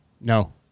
No